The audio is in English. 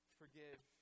forgive